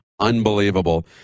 Unbelievable